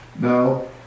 No